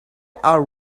are